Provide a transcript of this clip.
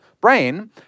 brain